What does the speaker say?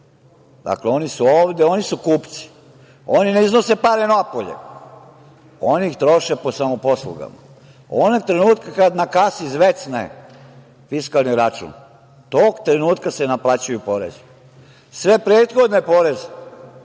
hleb. Oni su ovde, oni su kupci. Oni ne iznose pare napolje. Oni ga troše po samoposlugama. Onog trenutka kada na kasi zvecne fiskalni račun, tog trenutka se naplaćuju porezi. Svi prethodni porezi